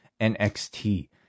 NXT